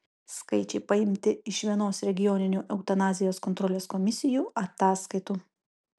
skaičiai paimti iš vienos regioninių eutanazijos kontrolės komisijų ataskaitų